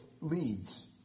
leads